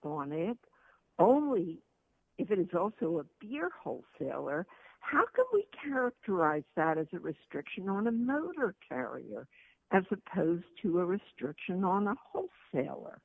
on ip only if it is also a beer wholesaler how can we characterize that as a restriction on a motor carrier as opposed to a restriction on the wholesaler